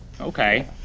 okay